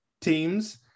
teams